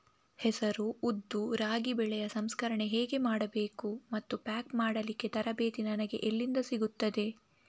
ಹೆಸರು, ಉದ್ದು, ರಾಗಿ ಬೆಳೆಯ ಸಂಸ್ಕರಣೆ ಹೇಗೆ ಮಾಡಬೇಕು ಮತ್ತು ಪ್ಯಾಕ್ ಮಾಡಲಿಕ್ಕೆ ತರಬೇತಿ ನನಗೆ ಎಲ್ಲಿಂದ ಸಿಗುತ್ತದೆ?